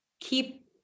keep